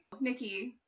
Nikki